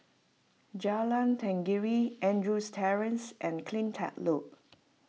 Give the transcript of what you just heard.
Jalan Tenggiri Andrews Terrace and CleanTech Loop